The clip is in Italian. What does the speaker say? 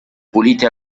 puliti